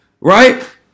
right